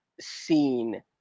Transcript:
seen